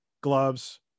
gloves